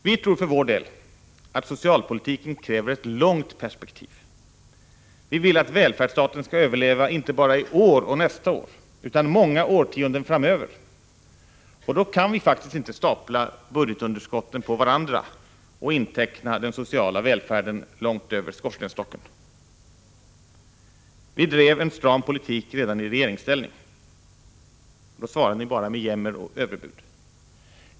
Vi tror för vår del att socialpolitiken kräver ett långt perspektiv. Vi vill att välfärdsstaten skall överleva inte bara i år och nästa år utan också många årtionden framöver. Och då kan vi faktiskt inte stapla budgetunderskotten på varandra och inteckna den sociala välfärden långt över skorstensstocken. Vi drev en stram politik redan i regeringsställning. Då svarade ni bara med jämmer och överbud.